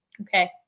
Okay